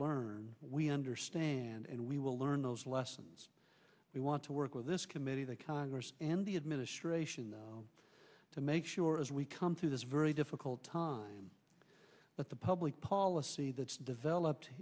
learn we understand and we will learn those lessons we want to work with this committee the congress and the administration to make sure as we come through this very difficult time that the public policy that's developed